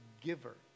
giver